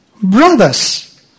brothers